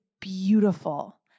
beautiful